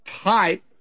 type